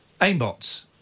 aimbots